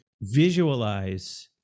visualize